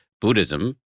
Buddhism